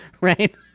right